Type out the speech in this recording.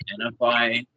identify